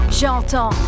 J'entends